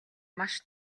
маш